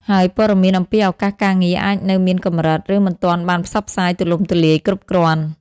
ហើយព័ត៌មានអំពីឱកាសការងារអាចនៅមានកម្រិត ឬមិនទាន់បានផ្សព្វផ្សាយទូលំទូលាយគ្រប់គ្រាន់។